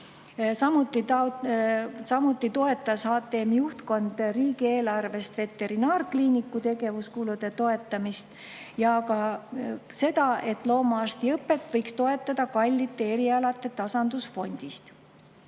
Samuti toetas HTM‑i juhtkond riigieelarvest veterinaarkliiniku tegevuskulude toetamist ja ka seda, et loomaarstiõpet võiks toetada kallite erialade tasandusfondist.